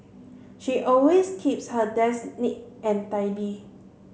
she always keeps her desk neat and tidy